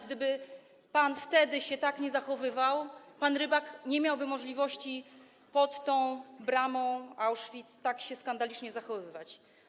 Gdyby pan wtedy się tak nie zachowywał, pan Rybak nie miałby możliwości pod tą bramą w Auschwitz tak się skandalicznie zachowywać.